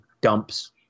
dumps